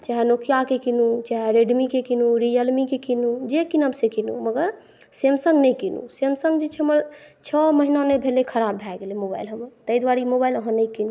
नोकियाक कीनू चाहे रेडमीक कीनू रियल मीक कीनू जे किनब से कीनू मगर सैमसंग नहि कीनू सैमसंग जे छै हमर छओ महिना नहि भेलै ख़राब भए गेलै मोबाइल हमर तैं दुआरे ई मोबाइल अहाँ नहि कीनू